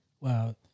Wow